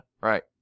Right